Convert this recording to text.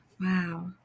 wow